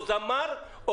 זמר,